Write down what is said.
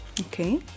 Okay